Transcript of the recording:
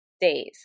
days